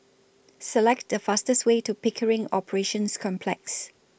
Select The fastest Way to Pickering Operations Complex